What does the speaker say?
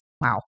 wow